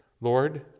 Lord